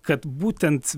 kad būtent